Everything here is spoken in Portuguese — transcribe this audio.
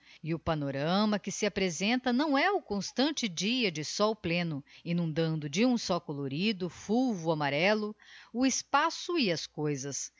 e o panorama que se apresenta não é o constante dia de sol pleno inundando de um só colorido fulvo amarello o espaço e as coisas